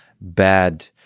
bad